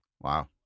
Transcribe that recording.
Wow